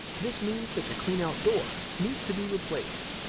this means that the cleanout door needs to be replaced.